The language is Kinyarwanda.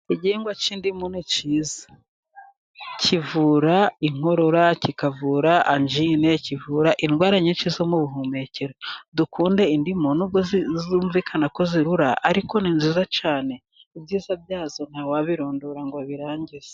Igihingwa cy'indimu ni cyizal kivura inkorora, kikavura anjine kivura indwara nyinshi zo mu buhumekero. Dukunde indimu nubw zumvikana ko zirura, ariko ni nziza cyane ibyiza byazo ntawabirondora ngo abirangize.